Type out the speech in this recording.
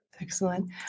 Excellent